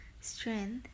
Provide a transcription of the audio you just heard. strength